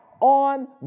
on